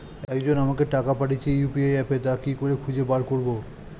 একজন আমাকে টাকা পাঠিয়েছে ইউ.পি.আই অ্যাপে তা কি করে খুঁজে বার করব?